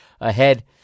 ahead